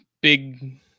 big